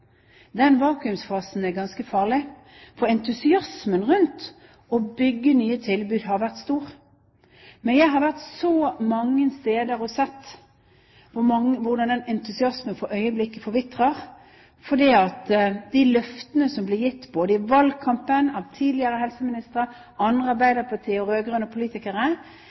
Den vakuumfasen er ganske farlig, for entusiasmen rundt å bygge nye tilbud har vært stor. Men jeg har vært så mange steder og sett hvordan entusiasmen for øyeblikket forvitrer fordi de løftene som ble gitt, både i valgkampen, av tidligere helseministre og av andre arbeiderpartipolitikere og rød-grønne politikere,